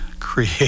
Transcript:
create